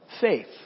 faith